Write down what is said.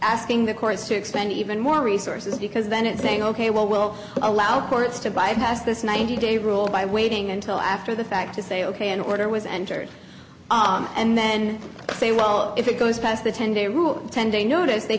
asking the courts to expand even more resources because then it's saying ok well we'll allow courts to bypass this ninety day rule by waiting until after the fact to say ok an order was entered and then say well if it goes past the ten day rule ten day notice they